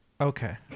okay